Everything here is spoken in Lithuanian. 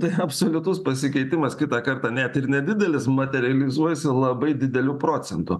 tai absoliutus pasikeitimas kitą kartą net ir nedidelis materializuojasi labai dideliu procentu